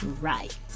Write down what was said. right